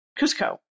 Cusco